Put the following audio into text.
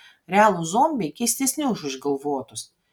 realūs zombiai keistesni už išgalvotus